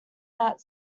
that